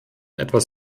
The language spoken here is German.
etwas